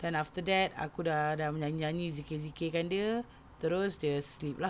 then after that aku dah dah menyanyi nyanyi zikir zikir kan dia terus dia sleep lah